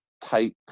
type